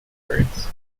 birds